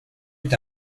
est